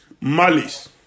malice